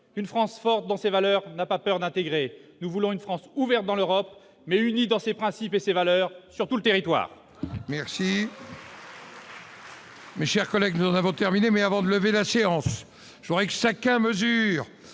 Une France forte dans ses valeurs n'a pas peur d'intégrer. Nous voulons une France ouverte dans l'Europe, mais unie dans ses principes et dans ses valeurs, sur tout le territoire